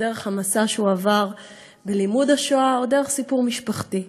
או דרך המסע שהוא עבר בלימוד השואה או דרך סיפור משפחתי.